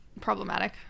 problematic